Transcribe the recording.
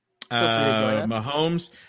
Mahomes